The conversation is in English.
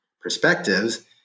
perspectives